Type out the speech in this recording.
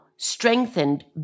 strengthened